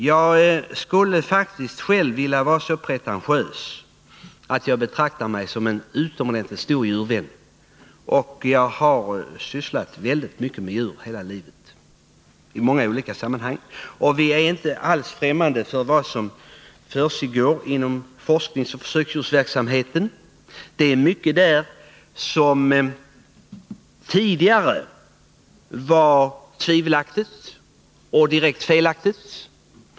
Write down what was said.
Jag är själv så pretentiös att jag betraktar mig som en utomordentligt stor djurvän, och jag har under hela mitt liv sysslat väldigt mycket med djur i många sammanhang. Viiutskottet är inte alls fträmmande för vad som försiggår inom forskningsoch försöksdjursverksamheten. Det var mycket där som tidigare ansågs som tvivelaktigt och direkt felaktigt.